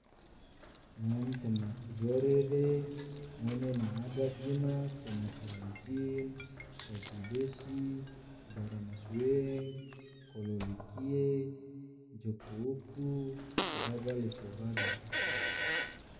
Ngom toma tidore re ngone na adat gena sema salai jin, taji besi, baramasuen, kololi kie, joko uku, sodaba leso bada.